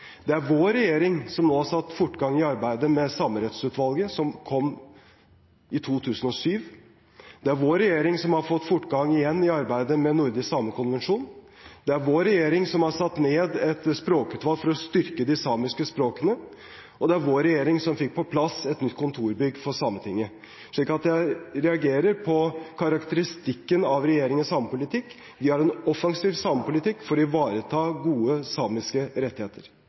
Det er vår regjering som nå har satt fortgang i arbeidet med Samerettsutvalget, som kom i 2007, det er vår regjering som har fått fortgang igjen i arbeidet med nordisk samekonvensjon, det er vår regjering som har satt ned et språkutvalg for å styrke de samiske språkene, og det er vår regjering som fikk på plass et nytt kontorbygg for Sametinget. Så jeg reagerer på karakteristikken av regjeringens samepolitikk. Vi har en offensiv samepolitikk for å ivareta gode samiske rettigheter.